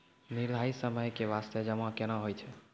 निर्धारित समय के बास्ते जमा केना होय छै?